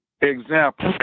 Example